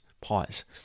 Pause